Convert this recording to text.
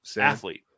athlete